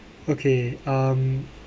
okay um